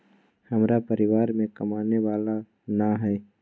हमरा परिवार में कमाने वाला ना है?